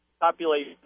population